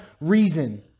reason